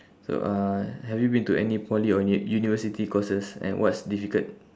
so uh have you been to any poly or u~ university courses and what's difficult